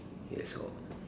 yes all